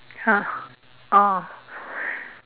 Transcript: !huh! oh